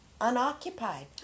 unoccupied